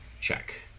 check